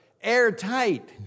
airtight